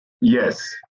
Yes